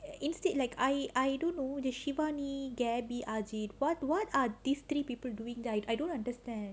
instead like I I don't know the shivani gabby ajeedh what what are these three people doing that I don't understand